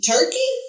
Turkey